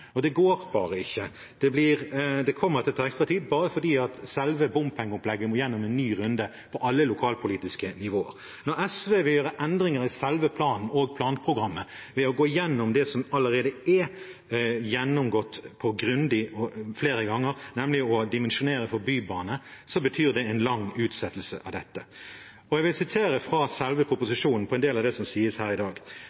Det går bare ikke. Det kommer til å ta ekstra tid, bare fordi selve bompengeopplegget må gjennom en ny runde på alle lokalpolitiske nivåer. Når SV vil gjøre endringer i selve planen og planprogrammet ved å gå igjennom det som allerede er gjennomgått grundig flere ganger, nemlig å dimensjonere for bybane, betyr det en lang utsettelse av dette. Jeg vil sitere fra selve